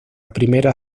primera